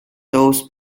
toes